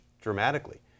dramatically